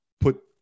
put